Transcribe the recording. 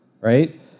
right